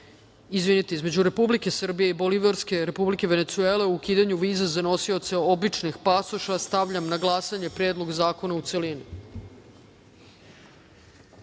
Sporazuma između Republike Srbije i Bolivarske Republike Venecuele o ukidanju viza za nosioce običnih pasoša. Stavljam na glasanje Predlog zakona u